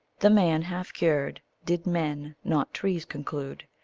the man, half-cured, did men not trees conclude,